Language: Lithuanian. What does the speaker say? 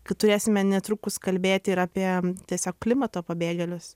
kad turėsime netrukus kalbėti ir apie tiesiog klimato pabėgėlius